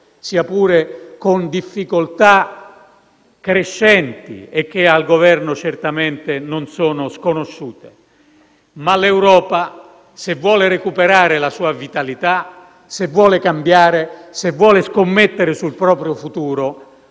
sia pure con difficoltà crescenti, che al Governo non sono certamente sconosciute, ma l'Europa, se vuole recuperare la sua vitalità, se vuole cambiare, se vuole scommettere sul proprio futuro,